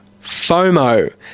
FOMO